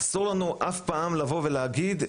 אסור לנו אף פעם לבוא ולהגיד,